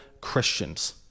Christians